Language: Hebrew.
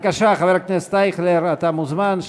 חבר הכנסת אייכלר, בבקשה, אתה מוזמן.